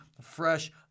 fresh